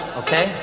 okay